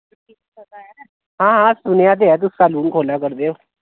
हां हां सुनेआ ते ऐ तुस सैलून खो'ल्लै करदे ओ